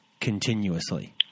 continuously